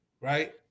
Right